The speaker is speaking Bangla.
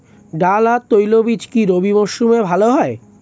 ডাল আর তৈলবীজ কি রবি মরশুমে ভালো হয়?